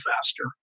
faster